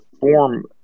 form